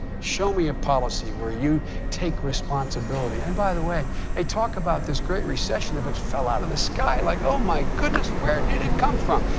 show me a policy where you take responsibility. and by the way, they talk about this great recession if it fell out of the sky, like, oh my goodness, where did it come from?